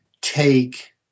take